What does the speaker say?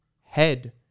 head